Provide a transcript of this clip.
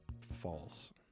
False